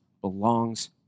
belongs